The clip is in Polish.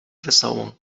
wesołą